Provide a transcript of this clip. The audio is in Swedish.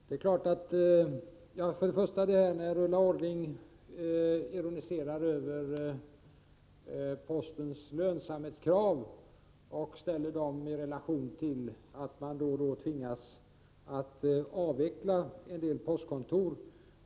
Herr talman! Först ironiserar Ulla Orring över Postens lönsamhetskrav och ställer dem i relation till att man då och då tvingas avveckla en del postkontor.